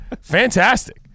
Fantastic